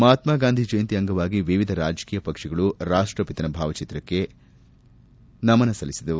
ಮಹಾತ್ಮಗಾಂಧಿ ಜಯಂತಿ ಅಂಗವಾಗಿ ವಿವಿಧ ರಾಜಕೀಯ ಪಕ್ಷಗಳು ರಾಷ್ಟಪಿತನ ಭಾವಚಿತ್ರಕ್ಕೆ ಸಲ್ಲಿಸಿದರು